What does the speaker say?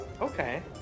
okay